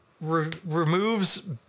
removes